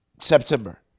September